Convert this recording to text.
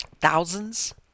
Thousands